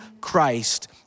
Christ